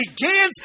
begins